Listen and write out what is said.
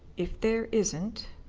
if there isn't,